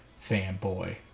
fanboy